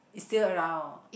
it's still around